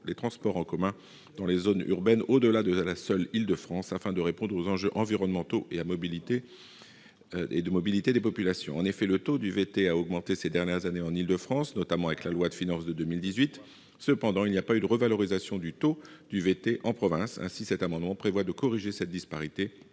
les transports en commun dans les zones urbaines, au-delà de la seule Île-de-France, afin de répondre aux enjeux environnementaux et de mobilité des populations. En effet, le taux du VT a augmenté ces dernières années en Île-de-France, notamment du fait de la loi de finances pour 2018. Cependant, il n'y a pas eu de revalorisation du taux du VT en province. Cet amendement tend donc à corriger cette disparité